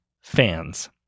fans